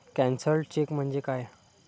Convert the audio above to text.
Cancelled cheque म्हणजे काय?